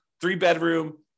three-bedroom